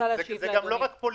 זה לא רק פוליטי,